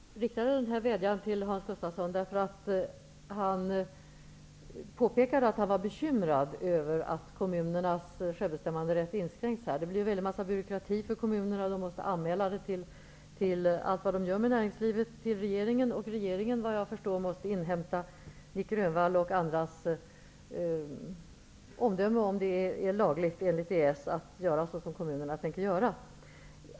Herr talman! Jag riktade min vädjan till Hans Gustafsson, eftersom han påpekade att han var bekymrad över att kommunernas självbestämmanderätt inskränktes. Det blir mycket byråkrati för kommunerna. De måste anmäla till regeringen allt de företar sig i näringslivet. Regeringen måste, vad jag förstår, inhämta Nic Grönvalls och andras omdöme, om det som kommunerna tänker göra är lagligt enligt EES.